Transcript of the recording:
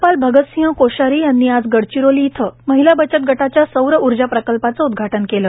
राज्यपाल भगतसिंह कोश्यारी यांनी आज गडचिरोली इथं महिला बचत गटाच्या सौर उर्जा प्रकल्पाचे उदघाटन केले